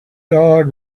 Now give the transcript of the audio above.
dog